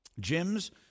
gyms